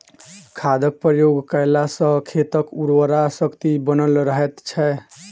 खादक प्रयोग कयला सॅ खेतक उर्वरा शक्ति बनल रहैत छै